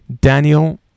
daniel